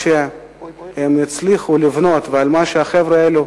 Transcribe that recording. שהם הצליחו לבנות ועל מה שהחבר'ה האלה